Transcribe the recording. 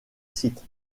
site